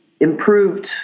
improved